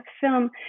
film